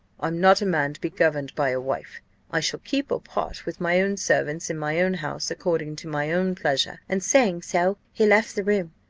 i'm not a man to be governed by a wife i shall keep or part with my own servants in my own house, according to my own pleasure and saying so, he left the room.